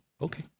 okay